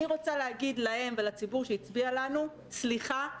אני רוצה להגיד להם ולציבור שהצביע לנו סליחה,